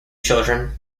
children